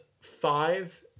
five